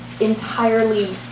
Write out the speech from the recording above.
entirely